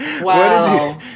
Wow